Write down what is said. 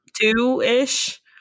two-ish